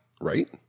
right